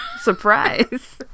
Surprise